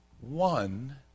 one